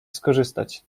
skorzystać